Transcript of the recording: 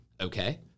okay